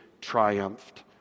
triumphed